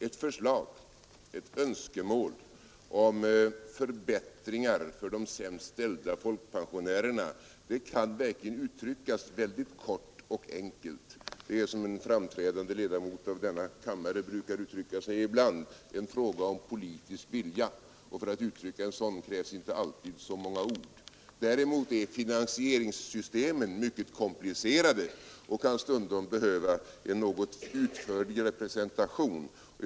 Ett önskemål om förbättringar för de sämst ställda folkpensionärerna kan uttryckas väldigt kort och enkelt. Det är som en framträdande ledamot av denna kammare brukar uttrycka sig ibland en fråga om politisk vilja. För att uttrycka en sådan krävs inte alltid så många ord. Däremot är finansieringssystemen mycket komplicerade och kan stundom behöva en något utförligare presentation.